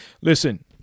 Listen